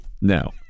No